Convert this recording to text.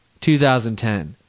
2010